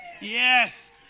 Yes